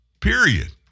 Period